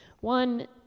One